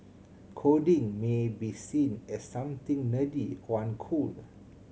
coding may be seen as something nerdy or uncool